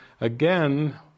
again